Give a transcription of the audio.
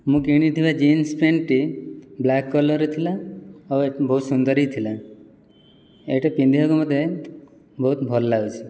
ମୁଁ କିଣିଥିବା ଜିନ୍ସ ପ୍ୟାଣ୍ଟଟି ବ୍ଲାକ୍ କଲର୍ର ଥିଲା ଆଉ ବହୁତ ସୁନ୍ଦରି ଥିଲା ଏହିଟା ପିନ୍ଧିବାକୁ ମୋତେ ବହୁତ ଭଲ ଲାଗୁଛି